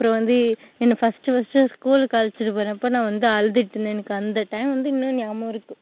அப்புறம் வந்து என்ன ஃபஸ்ட்டு ஃபஸ்ட்டு ஸ்கூலுக்கு அழைச்சிட்டு போனப்போ நான் வந்து அழுதுட்டிருந்தேன் எனக்கு அந்த டைம் வந்து இன்னும் ஞாபகம் இருக்குது